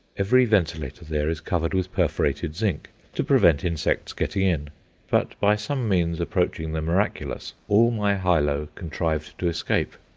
every ventilator there is covered with perforated zinc to prevent insects getting in but, by some means approaching the miraculous, all my hyloe contrived to escape.